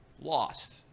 lost